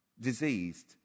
diseased